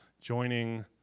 joining